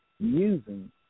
Using